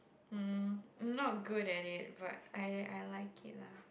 mm not good at it but I I like it lah